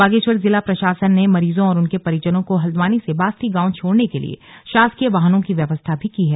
बागेश्वर जिला प्रशासन ने मरीजों और उनके परिजनों को हल्द्वानी से बास्ती गांव छोड़ने के लिए शासकीय वाहनों की व्यवस्था की है